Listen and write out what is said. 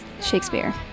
Shakespeare